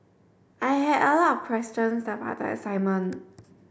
I had a lot of question about the assignment